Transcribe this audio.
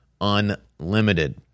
Unlimited